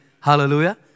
Hallelujah